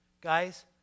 Guys